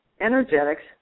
energetics